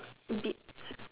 did